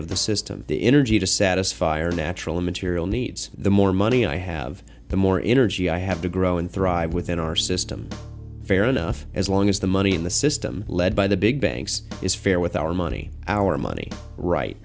of the system the energy to satisfy our natural material needs the more money i have the more energy i have to grow and thrive within our system fair enough as long as the money in the system led by the big banks is fair with our money our money right